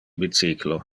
bicyclo